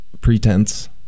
pretense